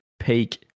peak